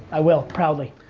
i will, proudly.